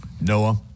Noah